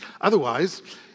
Otherwise